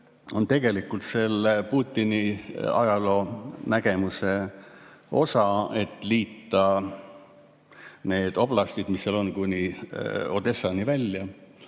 on tegelikult Putini ajaloonägemuse osa, et liita need oblastid, mis seal on kuni Odessani välja.